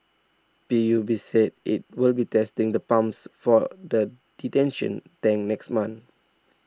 P U B said it will be testing the pumps for the detention tank next month